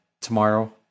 tomorrow